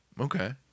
okay